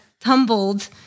tumbled